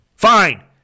Fine